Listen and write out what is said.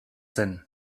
zen